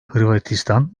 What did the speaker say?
hırvatistan